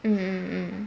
mm mm mm